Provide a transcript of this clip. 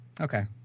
Okay